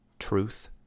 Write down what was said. Truth